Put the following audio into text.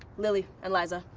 lilly and liza.